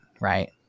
right